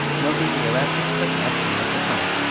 noting the elastic touch-action of the tongue.